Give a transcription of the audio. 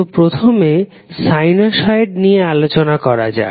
তো প্রথমে সাইনুসইয়েড নিয়ে আলোচনা করা যাক